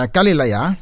Kalilaya